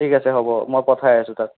ঠিক আছে হ'ব মই পঠাই আছোঁ তাক